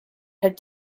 had